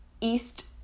East